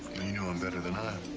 well, you knew him better than i.